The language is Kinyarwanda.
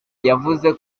yavuze